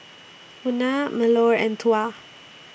Munah Melur and Tuah